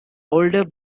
older